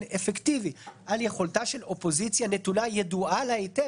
אפקטיבי על יכולתה של אופוזיציה נתונה וידועה לה היטב,